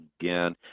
again